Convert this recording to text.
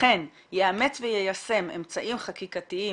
וכן יאמץ ויישם אמצעים חקיקתיים,